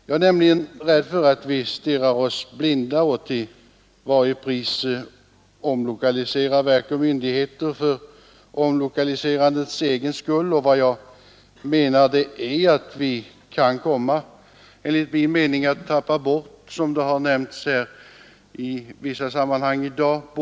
Jag är rädd för att vi stirrar oss blinda på den här utflyttningen och omlokaliserar verk och myndigheter för omlokaliserandets egen skull. Vi kan komma att tappa bort effektiviteten; det har nämnts här tidigare i dag.